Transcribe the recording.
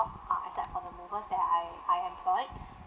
uh except for the movers that I I employed